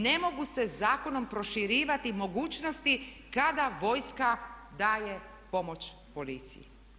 Ne mogu se zakonom proširivati mogućnosti kada vojska daje pomoć policiji.